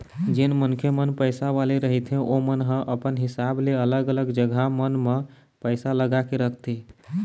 जेन मनखे मन पइसा वाले रहिथे ओमन ह अपन हिसाब ले अलग अलग जघा मन म पइसा लगा के रखथे